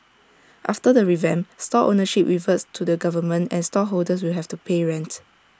after the revamp stall ownership reverts to the government and stall holders will have to pay rent